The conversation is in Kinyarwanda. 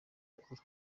abakuru